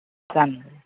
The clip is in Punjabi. ਧੰਨ